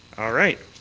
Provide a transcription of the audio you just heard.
all right.